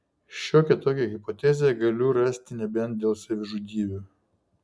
šiokią tokią hipotezę galiu rasti nebent dėl savižudybių